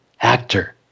actor